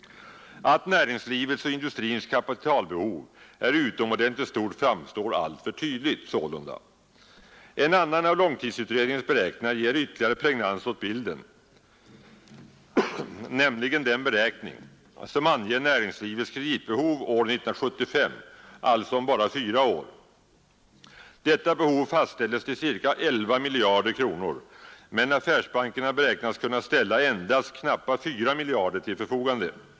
Att näringslivets och industrins kapitalbehov är utomordentligt stort framstår sålunda alltför tydligt. En annan av långtidsutredningens beräkningar ger ytterligare pregnans åt bilden, nämligen den beräkning som anger näringslivets kreditbehov år 1975, alltså om bara fyra år. Detta behov fastställes till ca 11 miljarder kronor, men affärsbankerna beräknas kunna ställa endast knappa 4 miljarder till förfogande.